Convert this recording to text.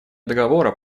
договора